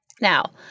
Now